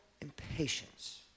impatience